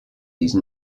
these